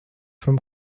from